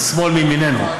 השמאל מימיננו.